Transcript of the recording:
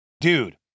dude